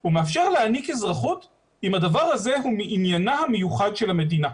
הוא מאפשר להעניק אזרחות אם הדבר הזה הוא מעניינה המיוחד של המדינה.